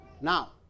Now